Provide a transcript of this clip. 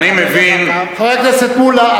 אני מבין, חבר הכנסת מולה.